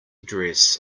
dress